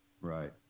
right